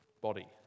body